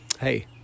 Hey